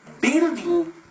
building